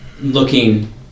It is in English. looking